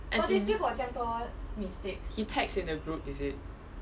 as in he text in the group is it